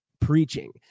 preaching